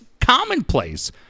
commonplace